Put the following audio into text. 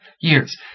years